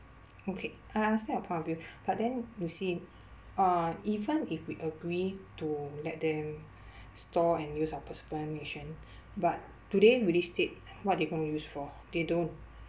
okay I understand your point of view but then you see uh even if we agree to let them store and use our personal information but do they really state what they going to use for they don't